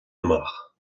amach